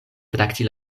trakti